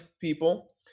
people